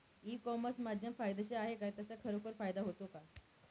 E commerce माध्यम फायद्याचे आहे का? त्याचा खरोखर फायदा होतो का?